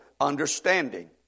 understanding